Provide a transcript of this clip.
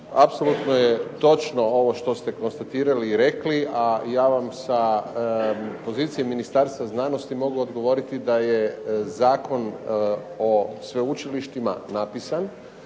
Apsolutno je točno ovo što ste konstatirali i rekli, a ja vam sa pozicije Ministarstva znanosti mogu odgovoriti da je Zakon o sveučilištima napisan.